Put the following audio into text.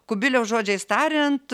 kubiliaus žodžiais tariant